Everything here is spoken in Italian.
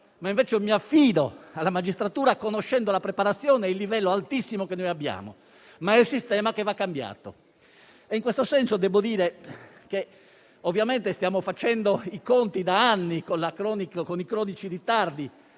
Invece mi affido alla magistratura, conoscendo la preparazione e il livello altissimo che noi abbiamo; ma il sistema va cambiato. In questo senso debbo dire che ovviamente stiamo facendo i conti da anni con i cronici ritardi